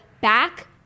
back